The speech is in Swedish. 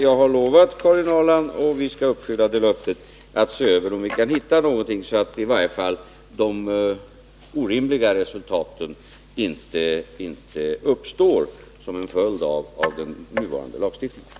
Jag har lovat Karin Ahrland att vi skall uppfylla löftet att se efter om vi kan hitta något som gör att i varje fall de orimliga resultaten inte uppstår som en följd av den nuvarande lagstiftningen.